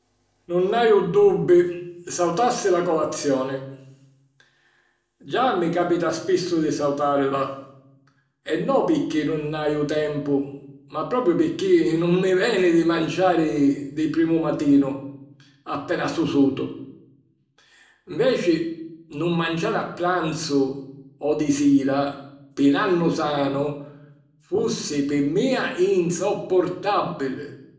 Nun haju dubbi: sautassi la colazioni! Già mi capita spissu di sautàrila; e no pirchì nun haju tempu ma propiu pirchì nun mi veni di manciari di primu matinu, appena susutu. Nveci, nun manciari a pranzu o di sira pi 'n annu sanu fussi pi mìa insoppurtàbili.